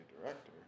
director